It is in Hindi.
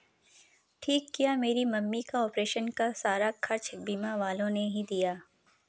ठीक किया मेरी मम्मी का ऑपरेशन का सारा खर्चा बीमा वालों ने ही दिया